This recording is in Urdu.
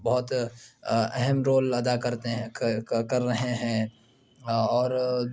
بہت اہم رول ادا کرتے ہیں کر رہے ہیں اور